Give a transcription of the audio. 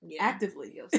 Actively